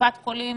קופת חולים